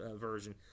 version